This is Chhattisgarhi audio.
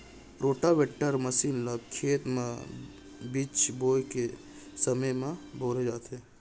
रोटावेटर मसीन ल खेत म बीज बोए के समे म बउरे जाथे